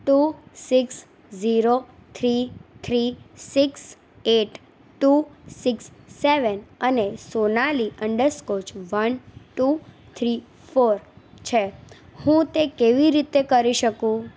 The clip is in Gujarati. two six zero three three six eight two six seven અને Sonali underscore one two three four છે હું તે કેવી રીતે કરી શકું